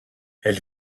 elle